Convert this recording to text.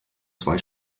zwei